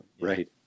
Right